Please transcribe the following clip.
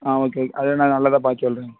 ஆ okay அதில் நான் நல்லதாக பார்த்து சொல்றேன்ங்க